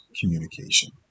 communication